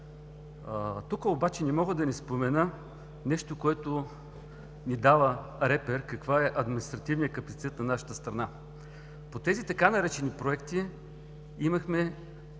Тук обаче не мога да не спомена нещо, което ни дава репер какъв е административният капацитет на нашата страна. По тези така наречени „проекти“ имахме